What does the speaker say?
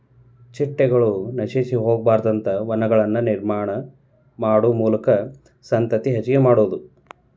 ಚಿಟ್ಟಗಳು ನಶಿಸಿ ಹೊಗಬಾರದಂತ ವನಗಳನ್ನ ನಿರ್ಮಾಣಾ ಮಾಡು ಮೂಲಕಾ ಸಂತತಿ ಹೆಚಗಿ ಮಾಡುದು